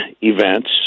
events